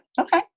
Okay